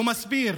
הוא מסביר